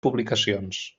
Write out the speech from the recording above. publicacions